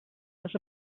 was